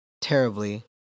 terribly